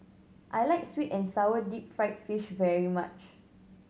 I like sweet and sour deep fried fish very much